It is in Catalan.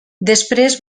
després